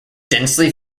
densely